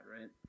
right